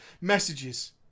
Messages